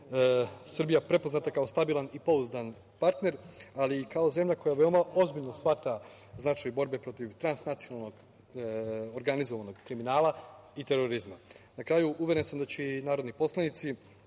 Srbija prepoznat kao stabilan i pouzdan partner, ali i kao zemlja koja veoma ozbiljno shvata značaj borbe protiv transnacionalnog organizovanog kriminala i terorizma. Na kraju, uveren sam da će i narodni poslanici